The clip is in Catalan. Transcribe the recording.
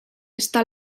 està